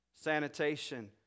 sanitation